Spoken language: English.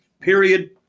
period